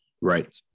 Right